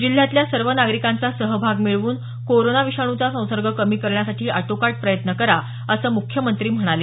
जिल्ह्यातल्या सर्व नागरिकांचा सहभाग मिळवून कोरोना विषाणूचा संसर्ग कमी करण्यासाठी आटोकाट प्रयत्न करा असं मुख्यमंत्री म्हणाले